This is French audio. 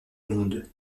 monde